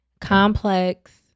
complex